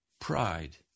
Pride